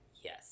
Yes